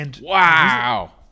Wow